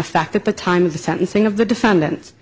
effect at the time of the sentencing of the defendant